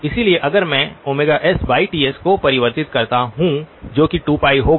इसलिए अगर मैं sTs को परिवर्तित करता हूं जो कि 2π होगा